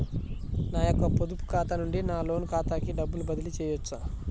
నా యొక్క పొదుపు ఖాతా నుండి నా లోన్ ఖాతాకి డబ్బులు బదిలీ చేయవచ్చా?